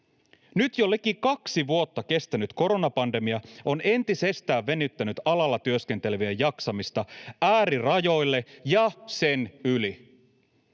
Nyt jo liki kaksi vuotta kestänyt koronapandemia on entisestään venyttänyt alalla työskentelevien jaksamista äärirajoille ja sen yli.